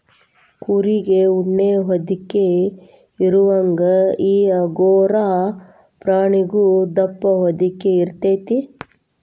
ಕುರಿಗೆ ಉಣ್ಣಿ ಹೊದಿಕೆ ಇರುವಂಗ ಈ ಅಂಗೋರಾ ಪ್ರಾಣಿಗು ದಪ್ಪ ಹೊದಿಕೆ ಇರತತಿ